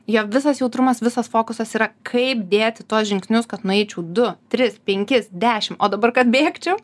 jo visas jautrumas visas fokusas yra kaip dėti tuos žingsnius kad nueičiau du tris penkis dešim o dabar kad bėgčiau